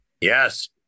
Yes